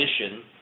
mission